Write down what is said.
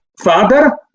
father